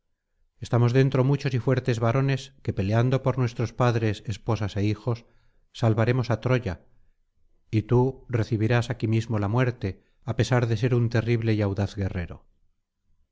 estamos dentro muchos y fuertes varones que peleando por nuestros padres esposas é hijos salvaremos á troya y tú recibirás aquí mismo la muerte á pesar de ser un terrible y audaz guerrero